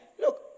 look